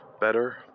better